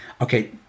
okay